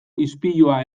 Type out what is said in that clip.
ispilua